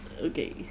okay